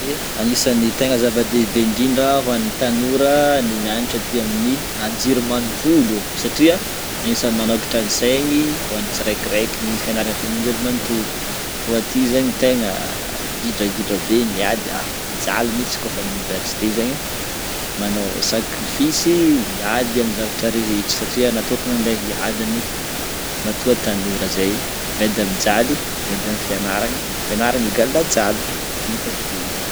Ye agnisan'ny tegna zava-dehibe indrindra ho an'ny tanora ny mianatra aty amin'ny anjerimanontolo satria agnisan'ny manokatra ny saigny ho an'ny tsiraikiraiky ny fianarana aty amin'ny anjerimanontolo, fô aty zegny tegna gidragidra be ny ady a, mijaly mintsy kaofa amin'ny université zegny, manao sakrifisy, miady amin'ny zavatra rehetra satria natokagna andeha hiady anie matoa tanora zay miady amin'ny jaly, miady amin'ny fianaragna. Fianarana égale jaly amin'ny ankapobeny zany.